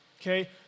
Okay